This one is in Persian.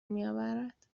میآورد